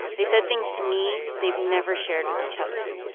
they said things to me they've never shared with each other.